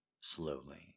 slowly